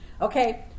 okay